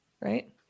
Right